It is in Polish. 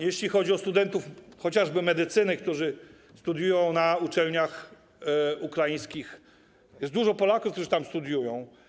Jeśli chodzi o studentów, chociażby medycyny, którzy studiują na uczelniach ukraińskich, to jest dużo Polaków, którzy tam studiują.